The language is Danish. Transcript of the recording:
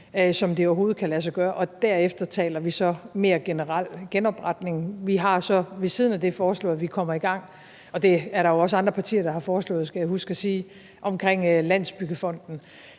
som det overhovedet kan lade sig gøre, og derefter taler vi så mere generelt genopretning. Vi har så ved siden af det foreslået – det er der jo også andre partier der har foreslået, skal jeg huske at sige – at vi kommer